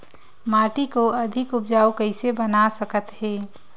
माटी को अधिक उपजाऊ कइसे बना सकत हे?